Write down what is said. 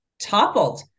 toppled